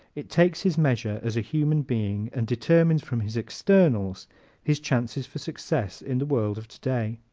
it takes his measure as a human being and determines from his externals his chances for success in the world of today.